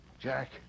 Jack